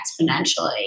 exponentially